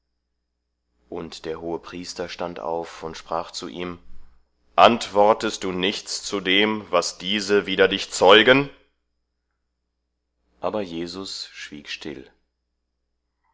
und der hohepriester stand auf und sprach zu ihm antwortest du nichts zu dem was diese wider dich zeugen aber jesus schwieg still